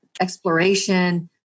exploration